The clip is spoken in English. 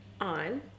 on